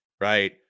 right